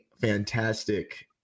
fantastic